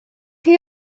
chi